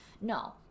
no